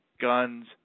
guns